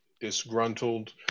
disgruntled